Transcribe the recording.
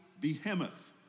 behemoth